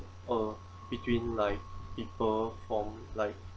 uh between like people from like